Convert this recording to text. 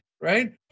right